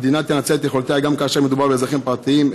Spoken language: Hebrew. המדינה תנצל את יכולתה גם כאשר מדובר באזרחים פרטיים,